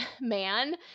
man